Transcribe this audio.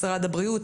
משרד הבריאות,